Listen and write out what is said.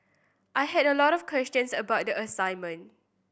I had a lot of questions about the assignment